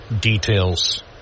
details